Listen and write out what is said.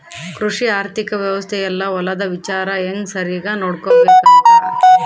ಕೃಷಿ ಆರ್ಥಿಕ ವ್ಯವಸ್ತೆ ಯೆಲ್ಲ ಹೊಲದ ವಿಚಾರ ಹೆಂಗ ಸರಿಗ ನೋಡ್ಕೊಬೇಕ್ ಅಂತ